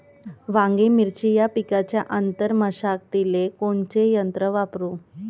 वांगे, मिरची या पिकाच्या आंतर मशागतीले कोनचे यंत्र वापरू?